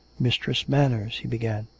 mistress manners he began.